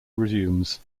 resumes